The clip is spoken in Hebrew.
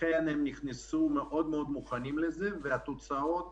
לכן הם נכנסו מאוד מוכנים לזה, והתוצאות